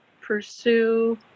pursue